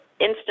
Instagram